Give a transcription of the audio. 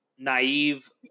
Naive